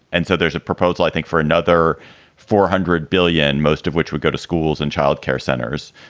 and so there's a proposal, i think, for another four hundred billion, most of which would go to schools and child care centers.